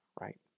right